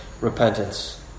repentance